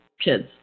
kids